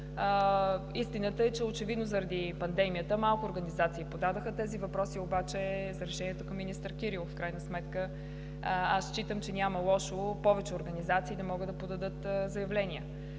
Истината е, че очевидно заради пандемията малко организации подадоха. Въпросите обаче за решението към министър Кирилов. В крайна сметка считам, че няма лошо повече организации да могат да подадат заявления.